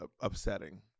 upsetting